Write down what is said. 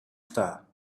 star